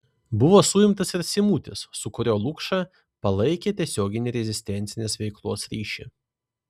buvo suimtas ir simutis su kuriuo lukša palaikė tiesioginį rezistencinės veiklos ryšį